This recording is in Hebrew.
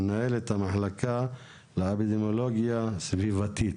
מנהלת המחלקה לאפידמיולוגיה סביבתית,